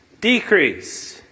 decrease